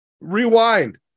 Rewind